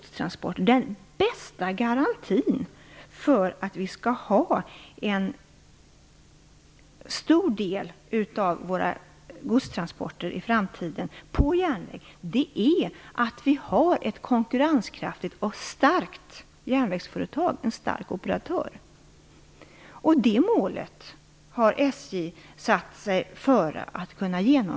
Den bästa garantin för att vi i framtiden skall ha en stor del av våra godstransporter på järnväg är att vi har ett konkurrenskraftigt och starkt järnvägsföretag, en stark operatör. Det målet har SJ satt sig före att upprätthålla.